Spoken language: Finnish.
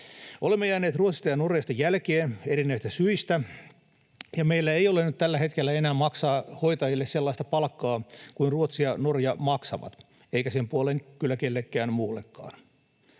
Olemme jääneet Ruotsista ja Norjasta jälkeen erinäisistä syistä, ja meillä ei ole nyt tällä hetkellä enää maksaa hoitajille sellaista palkkaa kuin Ruotsi ja Norja maksavat — eikä sen puoleen kyllä kellekään muullekaan.